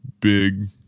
big